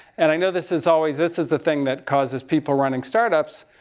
and i know this is always, this is the thing that causes people running startups,